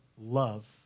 love